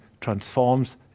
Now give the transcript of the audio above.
transforms